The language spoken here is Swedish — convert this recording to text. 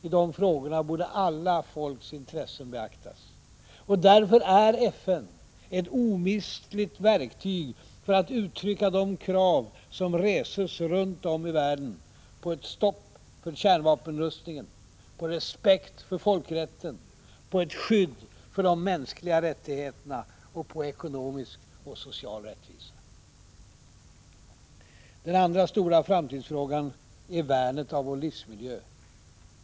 I dessa frågor borde alla folks intressen beaktas. Därför är FN ett omistligt verktyg för att uttrycka de krav som reses runt om i världen på ett stopp för kärnvapenkapprustningen, på respekt för folkrätten, på skydd för de mänskliga rättigheterna och på ekonomisk och social rättvisa. Den andra stora framtidsfrågan är värnet av vår livsmiljö.